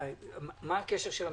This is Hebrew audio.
מה הקשר של המדינה?